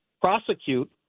prosecute